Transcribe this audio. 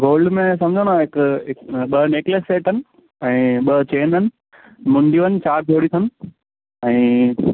gold में सम्झो न हिकु हिकु ॿ नेक्लेस सेट आहिनि ऐं ॿ चेन आहिनि मुंडियूं आहिनि चारि जोड़ी खनि ऐं